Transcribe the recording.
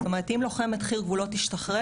זאת אומרת אם לוחמת חי"ר גבולות תשתחרר,